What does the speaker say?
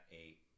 eight